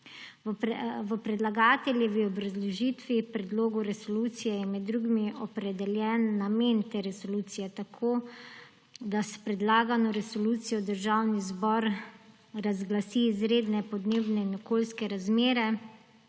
V predlagateljevi obrazložitvi predloga resolucije je med drugim opredeljen namen te resolucije, tako da s predlagano resolucijo Državni zbor razglasi izredne podnebne in okoljske razmere